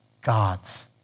God's